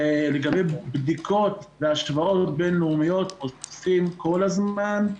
לגבי בדיקות והשוואות בין לאומיות אנחנו עושים כל הזמן,